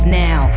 now